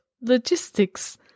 logistics